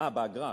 אה, באגרה?